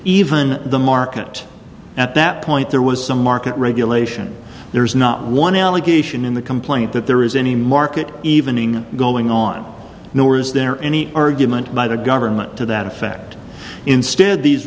even the market at that point there was some market regulation there is not one allegation in the complaint that there is any market even ing going on nor is there any argument by the government to that effect instead these